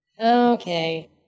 Okay